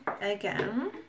again